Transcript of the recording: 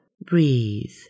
Breathe